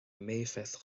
mayfest